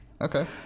okay